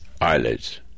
Eyelids